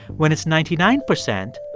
when it's ninety nine percent,